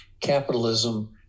capitalism